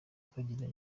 twagiranye